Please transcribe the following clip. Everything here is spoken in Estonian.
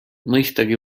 mõistagi